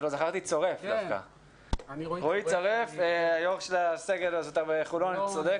יושב ראש הסגל הזוטר בחולון, אני צודק?